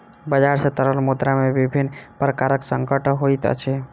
बजार सॅ तरल मुद्रा में विभिन्न प्रकारक संकट होइत अछि